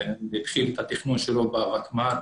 התחיל את התכנון שלו בותמ"ל